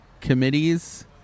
Committees